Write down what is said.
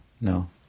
No